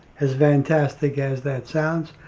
as fantastic as that sounds.